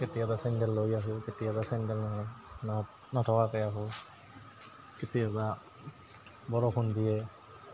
কেতিয়াবা চেণ্ডেল লৈ আহোঁ কেতিয়াবা চেণ্ডেল ন ন নথকাকৈ আহোঁ কেতিয়াবা বৰষুণ দিয়ে